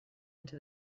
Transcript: into